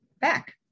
back